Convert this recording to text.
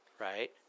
Right